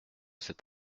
cet